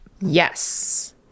Yes